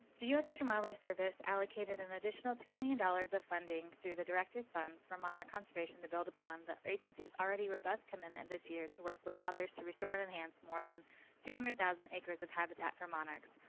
the u s. fish and wildlife service allocated an additional two million dollars of funding through the director's fund for monarch conservation, to build upon the agency's already robust commitment this year to work with others to restore and enhance more than two hundred thousand acres of habitat for monarchs,